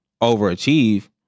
overachieve